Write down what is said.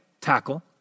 tackle